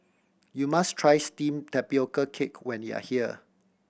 you must try steamed tapioca cake when you are here